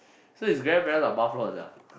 so his grandparents are bufflords ah